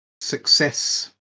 success